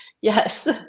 Yes